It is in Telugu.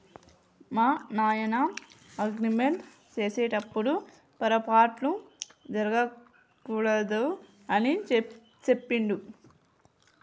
మా నాయన అగ్రిమెంట్ సేసెటప్పుడు పోరపాట్లు జరగకూడదు అని సెప్పిండు